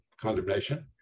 condemnation